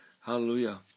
hallelujah